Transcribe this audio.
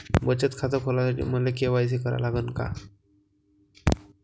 बचत खात खोलासाठी मले के.वाय.सी करा लागन का?